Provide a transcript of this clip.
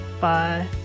Bye